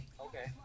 Okay